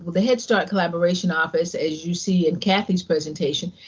the head start collaboration office, as you see in cathy's presentation,